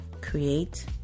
create